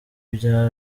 bya